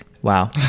wow